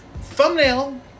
thumbnail